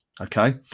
okay